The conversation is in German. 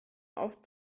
oft